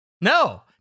No